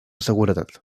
seguretat